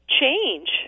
change